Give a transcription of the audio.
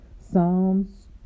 Psalms